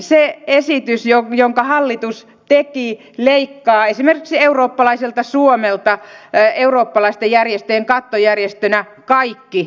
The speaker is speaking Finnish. se esitys jonka hallitus teki leikkaa esimerkiksi eurooppalaiselta suomelta eurooppalaisten järjestöjen kattojärjestönä kaikki sen rahat